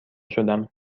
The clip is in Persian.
شدم